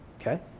Okay